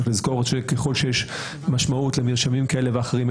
צריך לזכור שככל שיש משמעות למרשמים כאלה ואחרים,